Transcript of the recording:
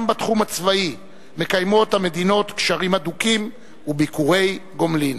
גם בתחום הצבאי המדינות מקיימות קשרים הדוקים וביקורי גומלין.